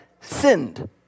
sinned